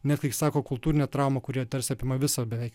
net kai sako kultūrinė trauma kuri tarsi apima visą beveik